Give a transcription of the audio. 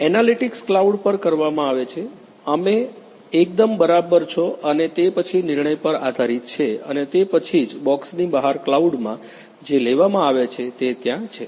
analytics cloud પર કરવામાં આવે છે તમે એકદમ બરાબર છો અને તે પછી નિર્ણય પર આધારિત છે અને તે પછી જ્ બોકસની બહાર ક્લાઉડમાં જે લેવામાં આવે છે તે ત્યાં છે